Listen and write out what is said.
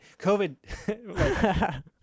covid